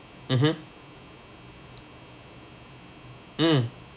mmhmm mm